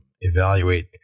evaluate